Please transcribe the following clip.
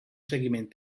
seguiment